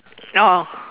oh